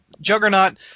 Juggernaut